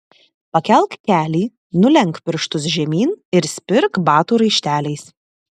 pakelk kelį nulenk pirštus žemyn ir spirk batų raišteliais